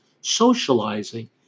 socializing